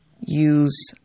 use